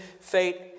fate